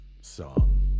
Song